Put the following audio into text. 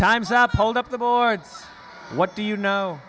time's up hold up the boards what do you know